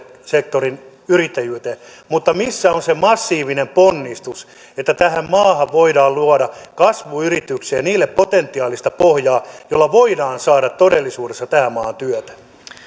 sektorin yrittäjyyteen mutta missä on se massiivinen ponnistus että tähän maahan voidaan luoda kasvuyrityksiä ja niille potentiaalista pohjaa jolla voidaan saada todellisuudessa tähän maahan työtä